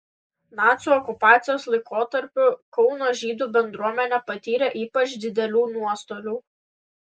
nacių okupacijos laikotarpiu kauno žydų bendruomenė patyrė ypač didelių nuostolių